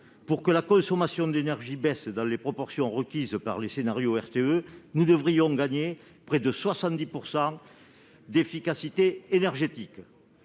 pour que la consommation d'énergie baisse dans les proportions requises par les scénarios RTE, nous devrions gagner près de 70 % d'efficacité énergétique.